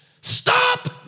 Stop